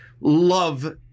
love